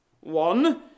One